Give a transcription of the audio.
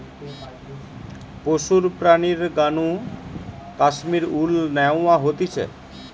পশুর প্রাণীর গা নু কাশ্মীর উল ন্যাওয়া হতিছে